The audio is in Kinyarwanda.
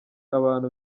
abantu